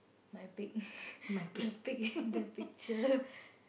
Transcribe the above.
my pig the pig the picture